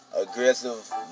aggressive